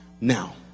now